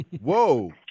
Whoa